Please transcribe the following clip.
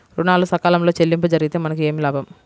ఋణాలు సకాలంలో చెల్లింపు జరిగితే మనకు ఏమి లాభం?